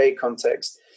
context